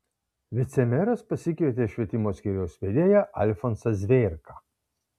vicemeras pasikvietė švietimo skyriaus vedėją alfonsą zvėrką